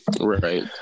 right